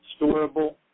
storable